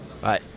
Bye